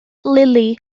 lili